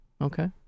Okay